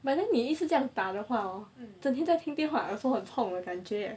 but then 你一直这样打的话 hor 整天在听电话耳朵很痛的感觉 eh